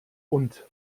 und